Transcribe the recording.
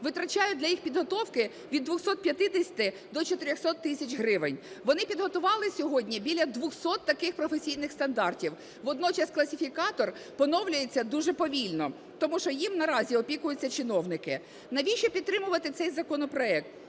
витрачають для їх підготовки від 250 до 400 тисяч гривень. Вони підготували сьогодні біля 200 таких професійних стандартів. Водночас класифікатор поновлюється дуже повільно, тому що ним наразі опікуються чиновники. Навіщо підтримувати цей законопроект?